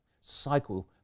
cycle